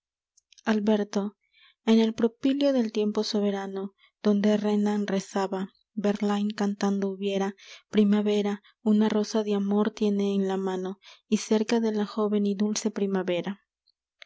alberto en el propíleo del tiempo soberano donde renan rezaba verlaine cantado hubiera primavera una rosa de amor tiene en la mano y cerca de la joven y dulce primavera